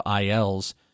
ILs